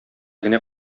генә